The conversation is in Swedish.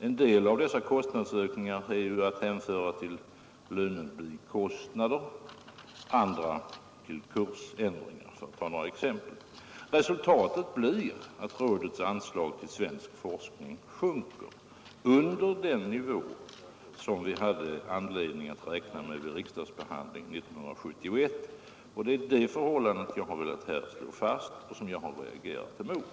En del av dessa kostnadsökningar är att hänföra till lönebikostnader, andra till kursändringar för att ta några exempel. Resultatet blir att rådets anslag till svensk forskning sjunker under den nivå som vi hade anledning att räkna med vid riksdagsbehandlingen 1971. Det är detta förhållande jag har velat slå fast och som jag har reagerat mot.